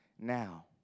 now